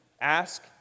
Ask